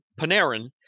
Panarin